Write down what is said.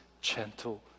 gentle